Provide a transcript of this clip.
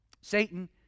Satan